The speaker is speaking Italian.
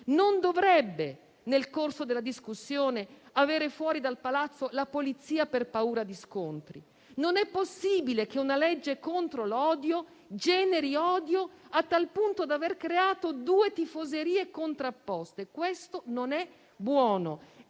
Non dovrebbe, nel corso della discussione, avere fuori dal palazzo la polizia per paura di scontri; non è possibile che una legge contro l'odio generi odio a tal punto da aver creato due tifoserie contrapposte. Questo non è buono.